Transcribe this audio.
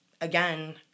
Again